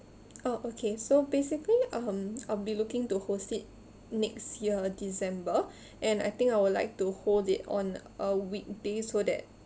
oh okay so basically um I'll be looking to host it next year december and I think I would like to hold it on a weekday so that